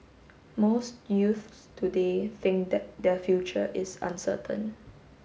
most youths today think that their future is uncertain